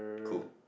cool